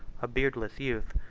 a beardless youth,